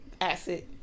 acid